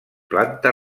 planta